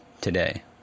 today